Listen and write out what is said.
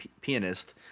pianist